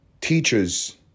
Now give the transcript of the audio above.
teachers